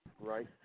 Right